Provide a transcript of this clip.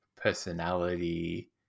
personality